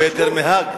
זה הרבה יותר מהאג.